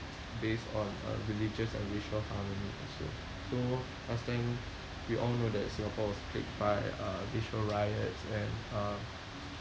based on uh religious and racial harmony also so last time we all know that Singapore was plagued by uh racial riots and um